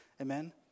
Amen